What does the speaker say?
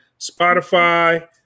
Spotify